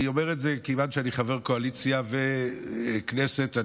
אני אומר את זה מכיוון שאני חבר קואליציה וחבר כנסת.